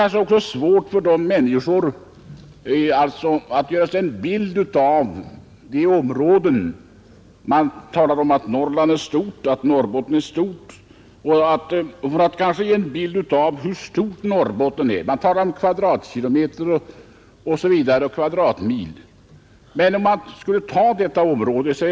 Kanske är det svårt för människorna att bilda sig en uppfattning om hur stort Norrbotten är när man talar om kvadratkilometer och kvadratmil.